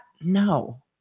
No